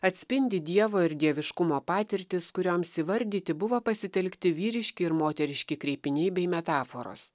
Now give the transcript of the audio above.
atspindi dievo ir dieviškumo patirtis kurioms įvardyti buvo pasitelkti vyriški ir moteriški kreipiniai bei metaforos